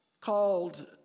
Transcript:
called